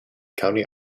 county